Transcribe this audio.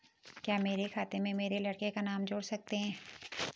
क्या मेरे खाते में मेरे लड़के का नाम जोड़ सकते हैं?